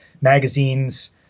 magazines